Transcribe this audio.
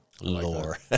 Lore